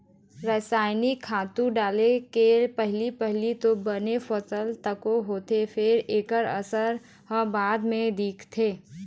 रसइनिक खातू डाले ले पहिली पहिली तो बने फसल तको होथे फेर एखर असर ह बाद म दिखथे